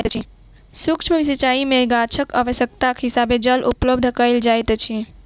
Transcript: सुक्ष्म सिचाई में गाछक आवश्यकताक हिसाबें जल उपलब्ध कयल जाइत अछि